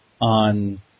on